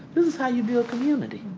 this is how you build community.